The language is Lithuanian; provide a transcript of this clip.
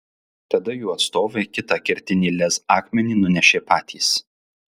tada jų atstovai kitą kertinį lez akmenį nunešė patys